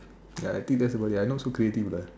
ya I think that is about it I not so creative lah